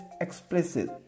explicit